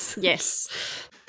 yes